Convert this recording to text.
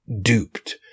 duped